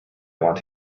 want